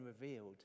revealed